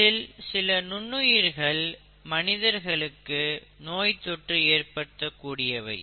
இதில் சில நுண்ணுயிர்கள் மனிதர்களுக்கு நோய் தொற்று ஏற்படுத்கூடியவை